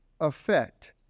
effect